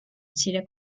მცირე